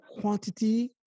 quantity